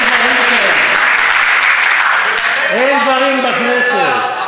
אין דברים כאלה, אין דברים כאלה בכנסת.